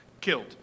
killed